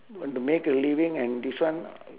want to make a living and this one